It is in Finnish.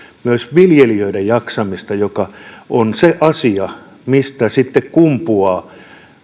myös viljelijöiden jaksamista joka on se asia mistä sitten kumpuaa